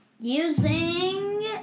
Using